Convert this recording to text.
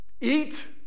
Eat